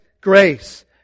Grace